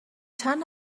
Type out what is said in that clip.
چند